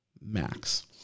Max